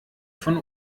von